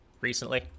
recently